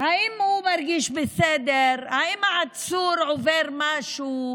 אם הוא מרגיש בסדר, אם העצור עובר משהו,